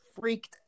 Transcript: freaked